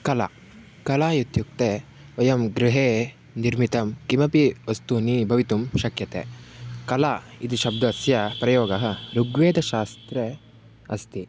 कला कला इत्युक्ते वयं गृहे निर्मितं किमपि वस्तु भवितुं शक्यते कला इति शब्दस्य प्रयोगः ऋग्वेदशास्त्रे अस्ति